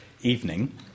evening